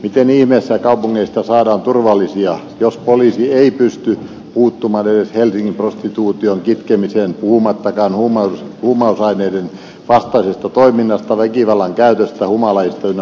miten ihmeessä kaupungeista saadaan turvallisia jos poliisi ei pysty puuttumaan edes helsingin prostituution kitkemiseen puhumattakaan huumausaineiden vastaisesta toiminnasta väkivallan käytöstä humalaisista ynnä muuta